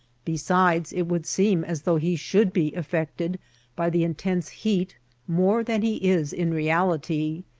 be sides, it would seem as though he should be af fected by the intense heat more than he is in reality.